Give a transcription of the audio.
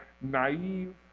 naive